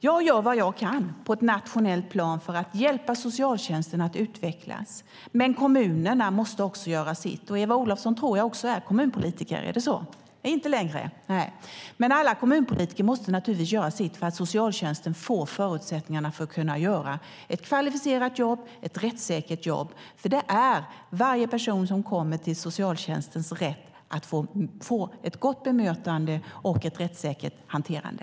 Jag gör vad jag kan på nationellt plan för att hjälpa socialtjänsten att utvecklas, men även kommunerna måste göra sitt. Eva Olofsson tror jag är också kommunpolitiker - nej, inte längre - men alla kommunpolitiker måste naturligtvis göra sitt för att socialtjänsten ska få förutsättningar för att göra ett kvalificerat bra och rättssäkert jobb. Varje person som kommer till socialtjänsten har rätt att få ett gott bemötande och ett rättssäkert hanterande.